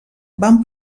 van